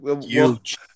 Huge